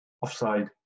offside